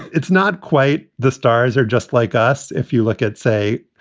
it's not quite. the stars are just like us. if you look at, say,